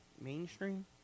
mainstream